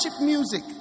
music